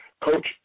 Coach